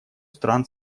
стран